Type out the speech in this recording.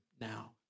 now